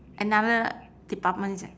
another department is at